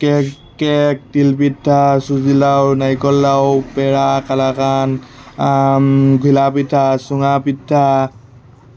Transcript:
cake cake তিলপিঠা চুজি লাড়ু নাৰিকল লাড়ু পেৰা কালাকান্দ ঘিলাপিঠা চুঙা পিঠা